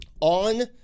On